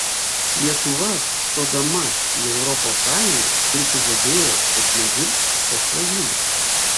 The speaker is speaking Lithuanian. lietuva stodama į europos sąjungą prisižadėjo kad nevirs sąšlavynu